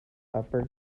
upper